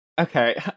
Okay